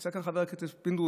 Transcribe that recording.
נמצא כאן חבר הכנסת פינדרוס,